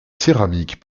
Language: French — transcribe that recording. céramiques